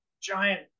giant